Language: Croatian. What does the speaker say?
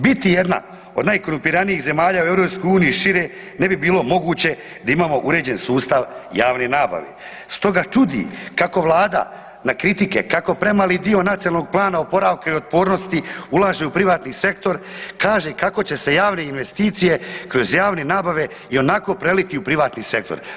Biti jedna od najkorumpiranijih zemalja u EU i šire ne bi bilo moguće da imamo uređen sustav javne nabave, stoga čudi kao Vlada na kritike kako premali dio Nacionalnog plana oporavka i otpornosti ulaže u privatni sektor kaže kako će se javne investicije kroz javne nabave ionako preliti u privatni sektor.